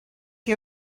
chi